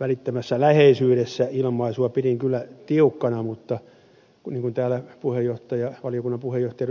välittömässä läheisyydessä ilmaisua pidin kyllä tiukkana mutta niin kuin täällä valiokunnan puheenjohtaja ed